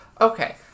Okay